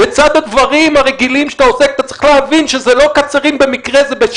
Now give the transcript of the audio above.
לצד הדברים הרגילים שאתה עוסק אתה צריך להבין שזאת לא קצרין ב"ק".